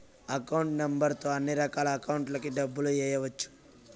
account number తో అన్నిరకాల అకౌంట్లలోకి డబ్బులు ఎయ్యవచ్చు